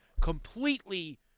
completely